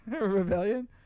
rebellion